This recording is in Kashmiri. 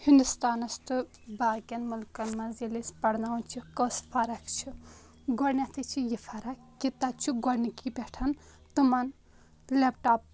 ہِندُستانَس تہٕ باقیَن ملکن منٛز ییٚلہِ أسۍ پَرناوان چھِ کوٚس فرق چھِ گۄڈنٮ۪تھٕے چھِ یہِ فرق کہ تَتہِ چھُ گۄڈنِکی پٮ۪ٹھ تِمَن لٮ۪پ ٹاپ